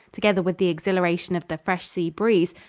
together with the exhilaration of the fresh sea breeze,